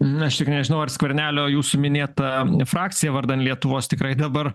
na šiaip nežinau ar skvernelio jūsų minėta frakcija vardan lietuvos tikrai dabar